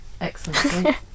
excellent